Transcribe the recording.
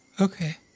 Okay